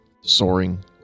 soaring